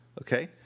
Okay